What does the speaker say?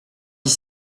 dix